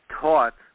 taught